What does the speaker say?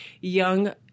young